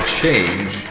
change